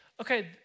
okay